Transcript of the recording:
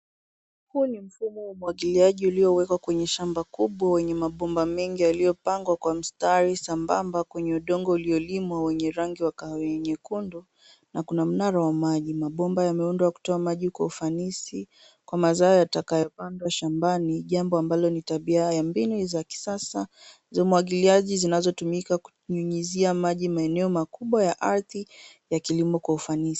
Huu ni mfumo wa umwagiliaji uliowekwa kwenye shamba kubwa wenye mabomba mengo yaliyopangwa kwa mstari sambamba kwenye udongo uliolimwa wenye rangi ya kahawia nyekundu na kuna mnara wa maji. Mabomba yameundwa kutoa maji kwa ufinisi kwa mazao yatakayopandwa shambani, jambo ambalo ni tabia ya mbinu za kisasa za umwagiliaji zinazotumika kunyunyuzia maji maeneo makubwa ya ardhi ya kilimo kwa ufanisi.